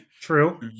true